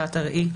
לישיבת ארעי,